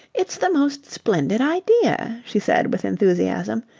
it's the most splendid idea, she said with enthusiasm.